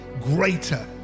greater